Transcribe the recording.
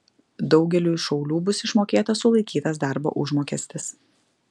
daugeliui šaulių bus išmokėtas sulaikytas darbo užmokestis